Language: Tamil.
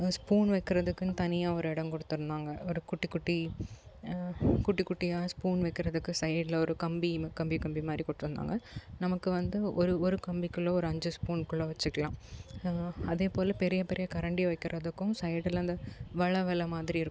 ஸ்பூன் வைக்கிறதுக்குன்னு தனியாக ஒரு இடம் கொடுத்துருந்தாங்க ஒரு குட்டி குட்டி குட்டி குட்டியாக ஸ்பூன் வைக்கிறதுக்கு சைட்ல ஒரு கம்பி கம்பி கம்பி மாதிரி கொடுத்துருந்தாங்க நமக்கு வந்து ஒரு ஒரு கம்பிக்குள்ள ஒரு அஞ்சு ஸ்பூன்குள்ள வச்சிக்கலாம் அதேபோல் பெரிய பெரிய கரண்டி வைக்கிறதுக்கும் சைடில் அந்த வலை வலை மாதிரி இருக்கும்